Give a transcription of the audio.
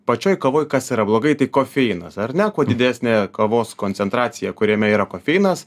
pačioj kovoj kas yra blogai tai kofeinas ar ne kuo didesnė kavos koncentracija kuriame yra kofeinas